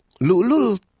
lulul